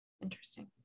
Interesting